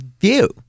view